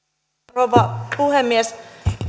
rouva puhemies